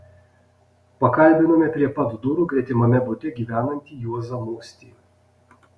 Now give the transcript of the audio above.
pakalbinome prie pat durų gretimame bute gyvenantį juozą mostį